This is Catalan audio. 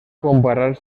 comparar